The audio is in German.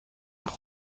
nach